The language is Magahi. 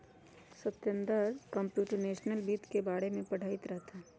सतेन्दर कमप्यूटेशनल वित्त के बारे में पढ़ईत रहन